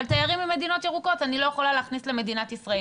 אבל תיירים ממדינות ירוקות אני לא יכולה להכניס למדינת ישראל.